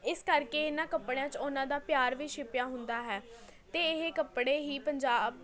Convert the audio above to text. ਇਸ ਕਰਕੇ ਇਹਨਾਂ ਕੱਪੜਿਆਂ 'ਚ ਉਹਨਾਂ ਦਾ ਪਿਆਰ ਵੀ ਛਿਪਿਆ ਹੁੰਦਾ ਹੈ ਅਤੇ ਇਹ ਕੱਪੜੇ ਹੀ ਪੰਜਾਬ